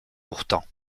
pourtant